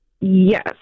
yes